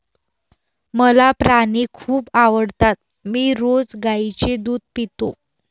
मला प्राणी खूप आवडतात मी रोज गाईचे दूध पितो